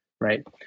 Right